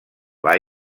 passa